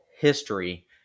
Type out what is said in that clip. history